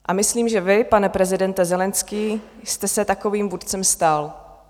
A myslím, že vy, pane prezidente Zelenskyj, jste se takovým vůdcem stal.